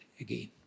again